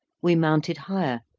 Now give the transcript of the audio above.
we mounted higher,